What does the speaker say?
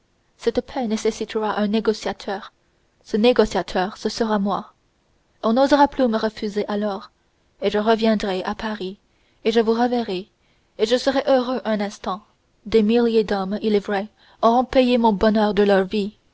cette paix nécessitera un négociateur ce négociateur ce sera moi on n'osera plus me refuser alors et je reviendrai à paris et je vous reverrai et je serai heureux un instant des milliers d'hommes il est vrai auront payé mon bonheur de leur vie